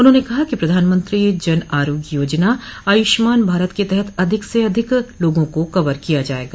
उन्होंने कहा कि प्रधानमंत्री जन आरोग्य योजना आयूष्मान भारत के तहत अधिक से अधिक लोगों को कवर किया जायेगा